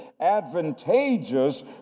advantageous